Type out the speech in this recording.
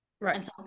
Right